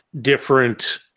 different